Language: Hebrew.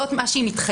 זה מה שמתחייב.